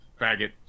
faggot